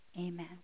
Amen